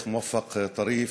כבוד השייח' מוואפק טריף,